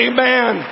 Amen